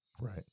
Right